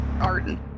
Arden